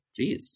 Jeez